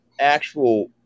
actual